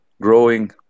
growing